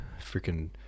freaking